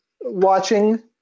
watching